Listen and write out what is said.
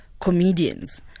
comedians